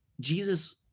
Jesus